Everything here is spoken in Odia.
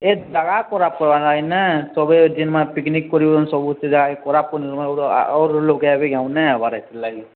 ଏ ଜାଗା ଖରାପ୍ କରାବା ଇନେ ସବୁ ଯେନ୍ ମାନେ ପିକ୍ନିକ୍ କରିଆଉଚନ୍ ସବୁ ସେ ଜାଗାକେ ଖରାପ୍ କରି ନଉଛନ୍ ଆର୍ ଲୋକ୍ ଆଏବେ କେଁ ଆାଉଁ ନାଇଁ ଆଏବାର୍ ହେଥିର୍ଲାଗି